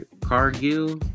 Cargill